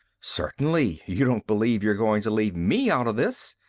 certainly, you don't believe you're going to leave me out of this.